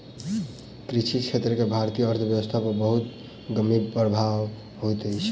कृषि क्षेत्र के भारतीय अर्थव्यवस्था पर बहुत गंभीर प्रभाव होइत अछि